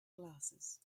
glasses